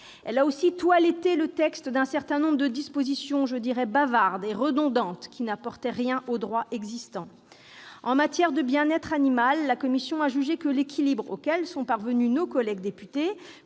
Elle a aussi « toiletté » le texte d'un certain nombre de dispositions « bavardes » ou redondantes, qui n'apportaient rien au droit existant. En matière de bien-être animal, la commission a jugé que l'équilibre auquel sont parvenus nos collègues députés,